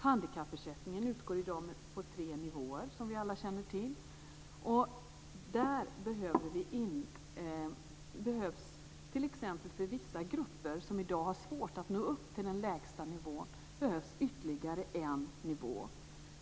Handikappersättningen utgår i dag på tre nivåer, som vi alla känner till. För vissa grupper, som i dag har svårt att nå upp till den lägsta nivån, behövs ytterligare en nivå.